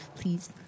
Please